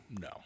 No